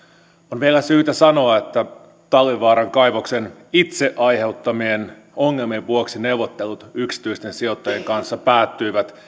on vielä syytä sanoa että talvivaaran kaivoksen itse aiheuttamien ongelmien vuoksi neuvottelut yksityisten sijoittajien kanssa päättyivät